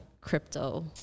crypto